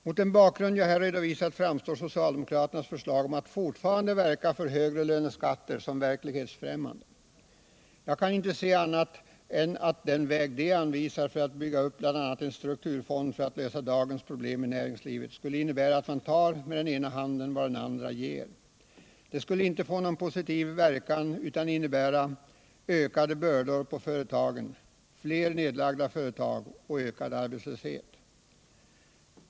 Mot den bakgrund jag här redovisat framstår socialdemokraternas förslag om att fortfarande verka för högre löneskatter som verklighetsfrämmande. Jag kan inte se annat än att den väg de anvisar för att bygga upp bl.a. en strukturfond för att lösa dagens problem i näringslivet skulle innebära att man tar med ena handen vad den andra ger. Det skulle inte få någon positiv verkan utan innebär ökade bördor på företagen, fler nedlagda företag och ökad arbetslöshet.